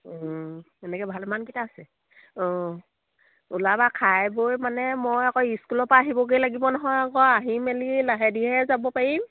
এনেকৈ ভালমানকেইটা আছে অঁ ওলাবা খাই বৈ মানে মই আকৌ স্কুলৰ পৰা আহিবগৈ লাগিব নহয় আকৌ আহি মেলি লাহে ধিৰে যাব পাৰিম